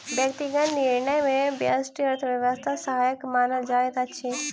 व्यक्तिगत निर्णय मे व्यष्टि अर्थशास्त्र सहायक मानल जाइत अछि